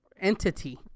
entity